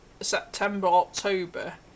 September-October